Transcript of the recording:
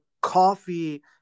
coffee